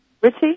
Richie